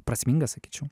prasminga sakyčiau